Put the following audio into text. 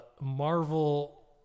Marvel